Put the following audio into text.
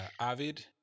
avid